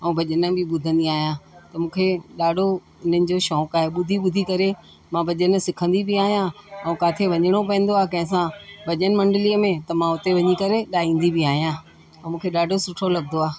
ऐं भजन बि ॿुधंदी आहियां त मूंखे ॾाढो इन्हनि जो शौंक़ु आहे ॿुधी ॿुधी करे मां भजन सिखंदी बि आहियां ऐं किथे वञिणो पवंदो आहे कंहिंसां भजन मंडलीअ में त मां उते वञी करे ॻाईंदी बि आहियां ऐं मुखे ॾाढो सुठो लगंदो आहे